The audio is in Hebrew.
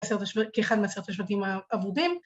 ‫כאחד מעשרת השבטים האבודים